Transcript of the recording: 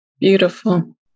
Beautiful